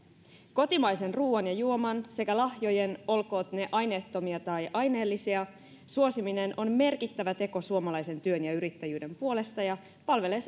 kotimaisen ruuan ja juoman sekä lahjojen olkoot ne ne aineettomia tai aineellisia suosiminen on merkittävä teko suomalaisen työn ja yrittäjyyden puolesta ja palvelee